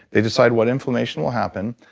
they decide what inflammation will happen.